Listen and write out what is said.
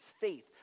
faith